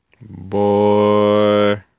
Boy